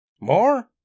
More